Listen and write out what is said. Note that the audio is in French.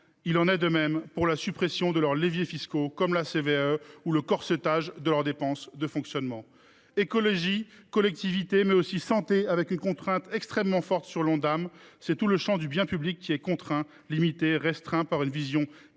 il en est de même de la suppression de leurs leviers fiscaux comme la CVAE ou du corsetage de leurs dépenses de fonctionnement. Écologie, collectivités, mais aussi santé, avec une contrainte extrêmement forte sur l’Ondam : c’est tout le champ du bien public qui est contraint, limité, restreint par une vision idéologique